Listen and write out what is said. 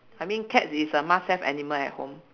I mean cats is a must have animal at home